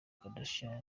kardashian